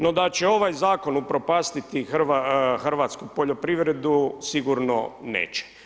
No da će ovaj Zakon upropasti Hrvatsku poljoprivredu sigurno neće.